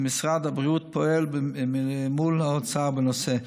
ומשרד הבריאות פועל מול האוצר בנושא.